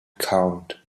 count